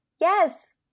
Yes